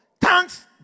thanks